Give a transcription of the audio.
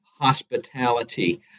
hospitality